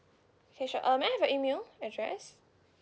okay sure uh may I have your email address